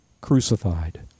crucified